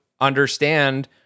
understand